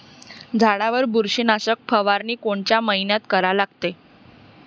झाडावर बुरशीनाशक फवारनी कोनच्या मइन्यात करा लागते?